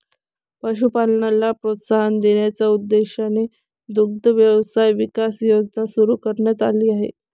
पशुपालनाला प्रोत्साहन देण्याच्या उद्देशाने दुग्ध व्यवसाय विकास योजना सुरू करण्यात आली आहे